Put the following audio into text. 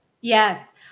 Yes